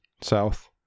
south